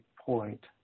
point